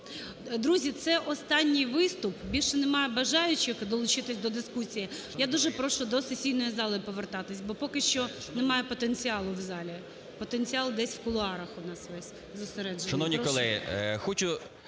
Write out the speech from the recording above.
Друзі, це останній виступ. Більше немає бажаючих долучитись до дискусії. Я дуже прошу до сесійної зали повертатись. Бо поки що немає потенціалу в залі, потенціал десь в кулуарах у нас весь зосереджений.